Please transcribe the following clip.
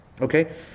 Okay